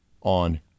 on